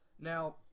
Now